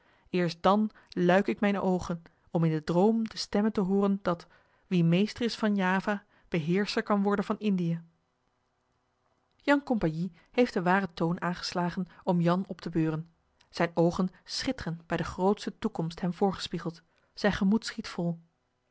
eerst dan luik ik mijne oogen om in den droom de stemme te hooren dat wie meester is van java beheerscher kan worden van indië jan compagnie heeft den waren toon aangeslagen om jan op te beuren zijne oogen schitteren bij de grootsche toekomst hem voorgespiegeld zijn gemoed schiet vol